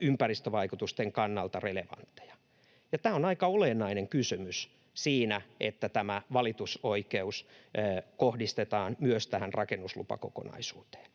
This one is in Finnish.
ympäristövaikutusten kannalta relevantteja.” Tämä on aika olennainen kysymys siinä, että tämä valitusoikeus kohdistetaan myös rakennuslupakokonaisuuteen.